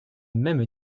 même